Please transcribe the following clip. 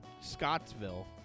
Scottsville